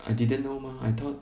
I didn't know mah I thought